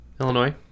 Illinois